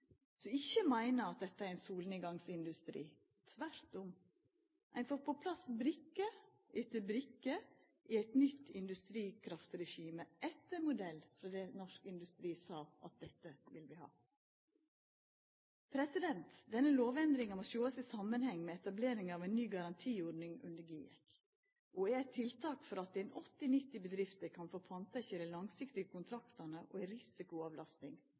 så må det vera frykteleg irriterande når det kjem ei ny regjering, som tek opp att tråden, og som ikkje gjev opp, og som ikkje meiner at dette er ein solnedgangsindustri. Tvert om: Ein får på plass brikke etter brikke i eit nytt industrikraftregime etter modell frå det Norsk Industri sa at dei ville ha. Denne lovendringa må sjåast i samanheng med etableringa av ei ny garantiordning under GIEK og er eit tiltak for at